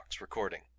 recording